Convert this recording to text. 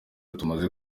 tumaze